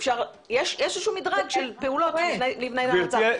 יש איזשהו מדרג של פעולות לפני המעצר.